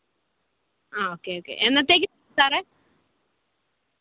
ആ okay okay എന്നത്തേക്കാണ് സാറേ